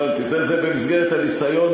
נחנך אותך קצת, הבנתי, זה, במסגרת הניסיון